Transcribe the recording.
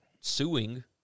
suing